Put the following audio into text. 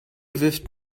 wirft